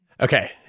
Okay